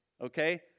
okay